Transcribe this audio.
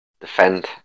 defend